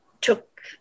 took